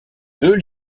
deux